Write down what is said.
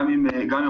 וגם עם הפרקליטות.